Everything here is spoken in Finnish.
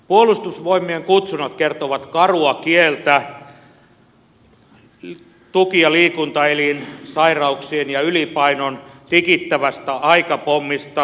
puolustusvoimien kutsunnat kertovat karua kieltä tuki ja liikuntaelinsairauksien ja ylipainon tikittävästä aikapommista